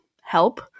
help